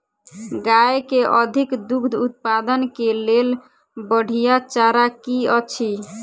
गाय केँ अधिक दुग्ध उत्पादन केँ लेल बढ़िया चारा की अछि?